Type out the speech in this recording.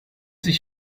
sich